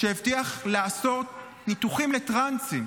הבטיח לעשות ניתוחים לטרנסים.